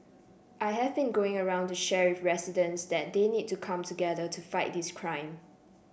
I have been going around to share with residents that they need to come together to fight this crime